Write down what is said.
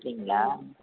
அப்படீங்களா